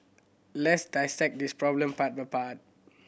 let's dissect this problem part by part